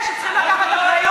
אחריות.